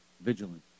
vigilant